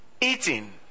eating